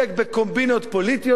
גברתי היושבת-ראש.